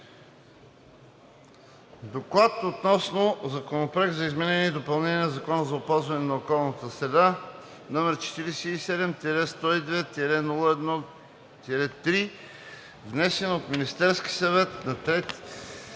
„Доклад относно Законопроект за изменение и допълнение на Закона за опазване на околната среда, № 47-102-01-3, внесен от Министерския съвет на 3